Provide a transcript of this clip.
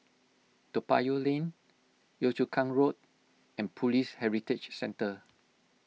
Toa Payoh Lane Yio Chu Kang Road and Police Heritage Centre